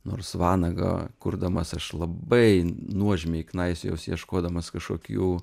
nors vanagą kurdamas aš labai nuožmiai knaisiojausi ieškodamas kažkokių